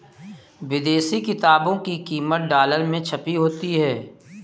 विदेशी किताबों की कीमत डॉलर में छपी होती है